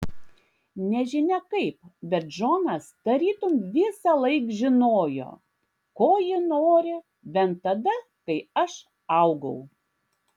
nežinia kaip bet džonas tarytum visąlaik žinojo ko ji nori bent tada kai aš augau